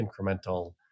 incremental